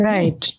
Right